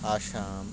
Assam